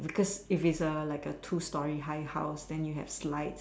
because if it is like a two story high house then you had slide